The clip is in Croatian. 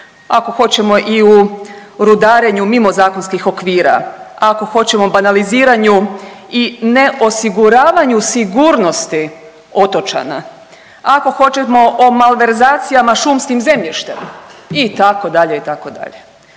ako hoćemo i u rudarenju mimo zakonskih okvira, ako hoćemo banaliziranju i ne osiguravanju sigurnosti otočana, ako hoćemo o malverzacijama šumskim zemljištem itd., itd., ali